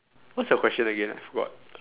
what's your question again I forgot